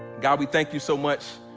god, we thank you so much,